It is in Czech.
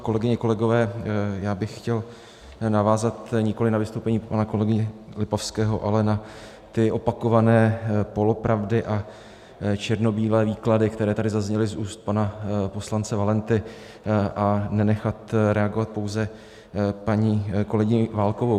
Kolegyně, kolegové, já bych chtěl navázat nikoliv na vystoupení pana kolegy Lipavského, ale na ty opakované polopravdy a černobílé výklady, které tady zazněly z úst pana poslance Valenty, a nenechat reagovat pouze paní kolegyni Válkovou.